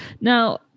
Now